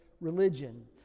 religion